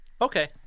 Okay